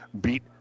beat